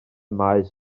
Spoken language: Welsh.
maes